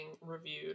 reviewed